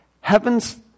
Heaven's